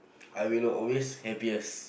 I will the always happiest